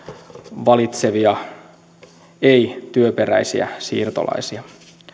valitsevia ei työperäisiä siirtolaisia